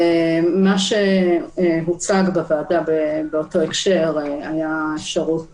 מה שהוצג בוועדה באותו הקשר היה אפשרות